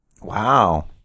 Wow